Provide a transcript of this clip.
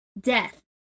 Death